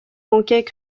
manquaient